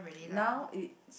now it's